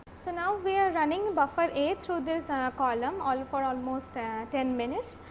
so, now we are running buffer a through this ah column all for almost ah ten minutes.